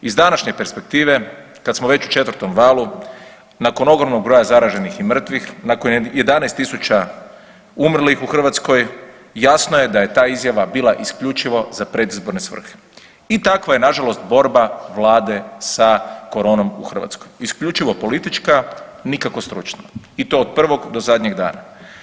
Iz današnje perspektive kad smo već u 4. valu nakon ogromnog broja zaraženih i mrtvih, nakon 11 tisuća umrlih u Hrvatskoj jasno je da je ta izjava bila isključivo za predizborne svrhe i takva je nažalost borba vlade sa koronom u Hrvatskoj, isključivo politička nikako stručna i to od prvog do zadnjeg dana.